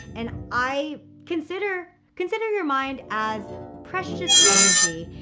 and i consider consider your mind as precious energy.